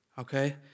Okay